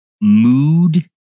mood